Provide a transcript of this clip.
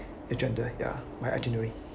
agenda ya my itinerary